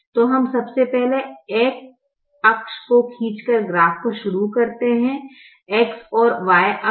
तो हम सबसे पहले X अक्ष को खींचकर ग्राफ को शुरू करते हैं X और Y अक्ष